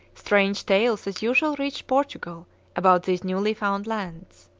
strange tales as usual reached portugal about these newly found lands.